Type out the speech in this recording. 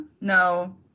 no